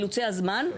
באילוצי הזמן,